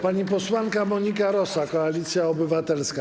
Pani posłanka Monika Rosa, Koalicja Obywatelska.